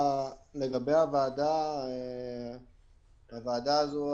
לגבי הוועדה הזאת,